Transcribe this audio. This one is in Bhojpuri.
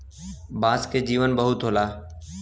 बांस के जीवन बहुत होला